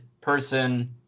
person